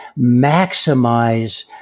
maximize